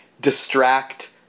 distract